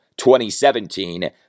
2017